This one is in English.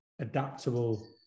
adaptable